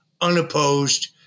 unopposed